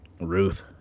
Ruth